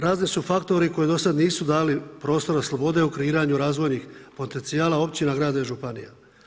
Razni su faktori koji do sad nisu dali prostora slobode u kreiranju razvojnih potencijala općina, grada i županija.